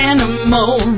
Animal